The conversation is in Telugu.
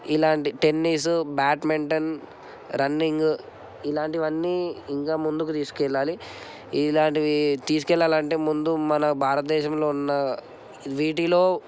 ఇలాంటి టెన్నీసు బ్యాడ్మింటన్ రన్నింగు ఇలాంటివి అన్నీ ఇంకా ముందుకు తీసుకెళ్ళాలి ఇలాంటివి తీసుకెళ్ళాలి అంటే ముందు మన భారతదేశంలో ఉన్న వీటిలో